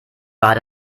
war